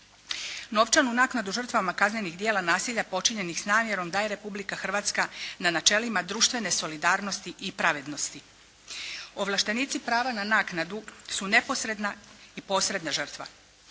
Novčanu naknadu žrtvama kaznenih djela nasilja počinjenih s namjerom daje Republika Hrvatska na načelima društvene solidarnosti i pravednosti. Ovlaštenici prava na naknadu su neposredna i posredna žrtva.